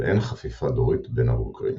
ואין חפיפה דורית בין הבוגרים.